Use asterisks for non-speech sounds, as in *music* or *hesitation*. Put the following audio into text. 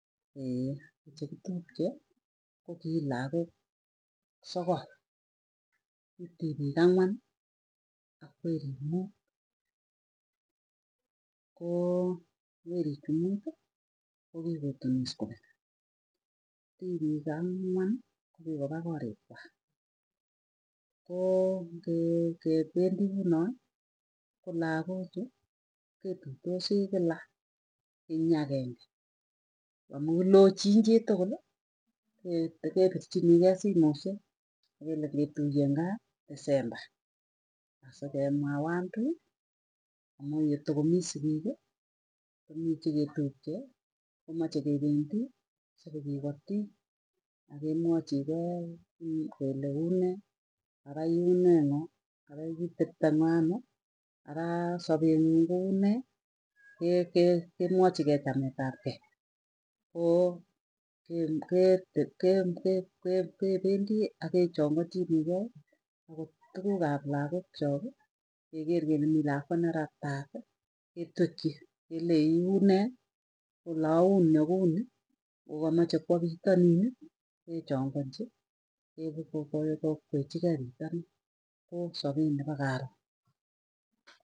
*hesitation* chekitupche kokilagok sogol ki tipik angwani, ak werik muut koo werik muuti kokikotunis kopek, tipik angwan kikopa korik kwa. Koo ngependi kunoe ko lakochu, ketuitosii kila eny agenge. Kwamu lochin chituguli, kete kepirchinikei simoshek kele ngetuiyen gaa december. Asikemwa on two amuu yetokomii sikiik komii cheketupche, komache kependi sepekekati akemwachigei kele unee araa iunee noo, arakitepte noo ano aravsapeng'un koune ke kemwachigei chamet ab kei. Koo ke kete kependii akechanganchinikei, akot tukuk ap lagok choki, keker kele mii lakwa neratati ketwekchi kelei iunee, kolee auni ak kuni ngokamaache kwa pitonin kechanganchi pokwechikei pitonin ko sapet nepo karon.